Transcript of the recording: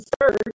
third